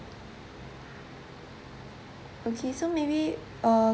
okay so maybe uh